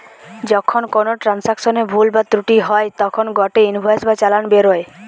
যখন কোনো ট্রান্সাকশনে ভুল বা ত্রুটি হই তখন গটে ইনভয়েস বা চালান বেরোয়